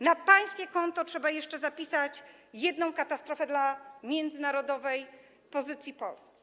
Na pańskim koncie trzeba jeszcze zapisać jedną katastrofę dla międzynarodowej pozycji Polski.